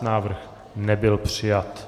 Návrh nebyl přijat.